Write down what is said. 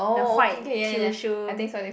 the white Kyushu